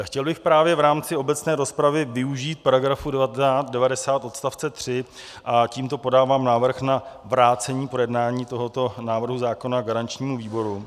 Chtěl bych právě v rámci obecné rozpravy využít § 90 odst. 3 a tímto podávám návrh na vrácení k projednání tohoto návrhu zákona garančnímu výboru.